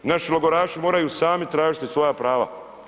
Naši logoraši moraju sami tražiti svoja prava.